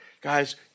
Guys